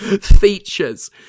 Features